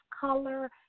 color